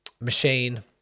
machine